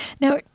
Now